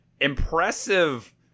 impressive